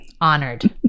honored